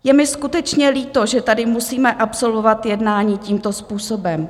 Je mi skutečně líto, že tady musíme absolvovat jednání tímto způsobem.